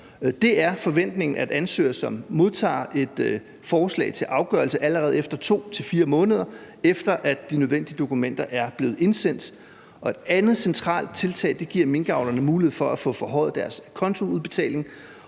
Det er forventningen, at ansøgere modtager et forslag til afgørelse allerede 2-4 måneder, efter at de nødvendige dokumenter er blevet indsendt. Et andet centralt tiltag er, at man giver minkavlerne mulighed for at få forhøjet deres acontoudbetaling.